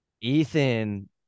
Ethan